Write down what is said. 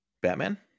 Batman